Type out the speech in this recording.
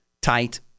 tight